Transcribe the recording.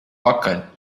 pakaļ